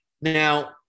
now